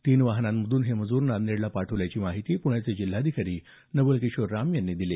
तीन वाहनांमधून हे मजूर नांदेडला पाठवल्याची माहिती पुण्याचे जिल्हाधिकारी नवल किशोर राम यांनी ही माहिती दिली